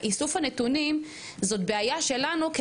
איסוף הנתונים הוא בעיה שלנו,